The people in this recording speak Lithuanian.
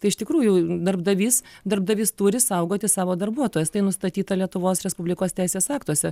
tai iš tikrųjų darbdavys darbdavys turi saugoti savo darbuotojas tai nustatyta lietuvos respublikos teisės aktuose